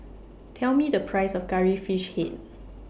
Tell Me The Price of Curry Fish Head